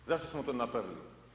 Zašto smo to napravili?